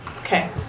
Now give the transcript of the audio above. Okay